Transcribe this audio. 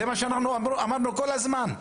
זה מה שאנחנו אמרנו כל הזמן.